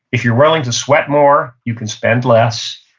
if you're willing to sweat more, you can spend less.